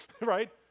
right